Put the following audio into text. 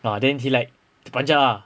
ah then he like panjat ah